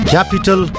Capital